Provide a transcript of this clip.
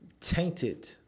tainted